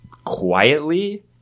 quietly